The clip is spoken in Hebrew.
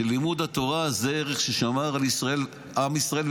שלימוד התורה זה ערך ששמר על ישראל עם ישראל,